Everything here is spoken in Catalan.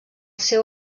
seu